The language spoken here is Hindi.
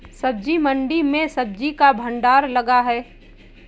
सब्जी मंडी में सब्जी का भंडार लगा है